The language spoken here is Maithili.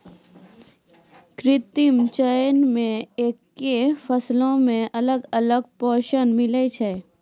कृत्रिम चयन से एक्के फसलो मे अलग अलग पोषण मिलै छै